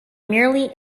merely